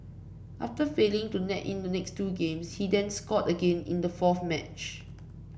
after failing to net in the next two games he then scored again in the fourth match